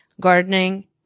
gardening